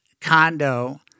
condo